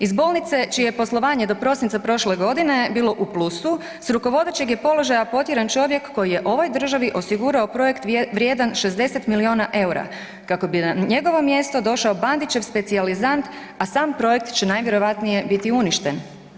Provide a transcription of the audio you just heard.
Iz bolnice čije je poslovanje do prosinca prošle godine bilo u plusu s rukovodećeg je položaja potjeran čovjek koji je ovoj državi osigurao projekt vrijedan 60 milijuna eura kako bi na njegovo mjesto došao Bandićev specijalizant, a sam projekt će najvjerojatnije biti uništen.